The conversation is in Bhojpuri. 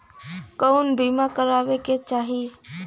कउन बीमा करावें के चाही?